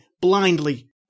blindly